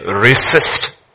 resist